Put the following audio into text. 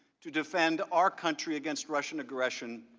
to defend our country against russian aggression,